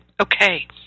Okay